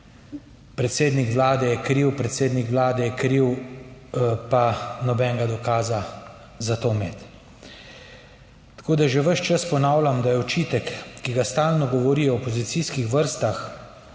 predsednik Vlade je kriv, predsednik Vlade je kriv, pa nobenega dokaza za to imeti. Tako da že ves čas ponavljam, da je očitek, ki ga stalno govorijo v opozicijskih vrstah,